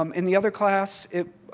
um in the other class,